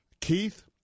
Keith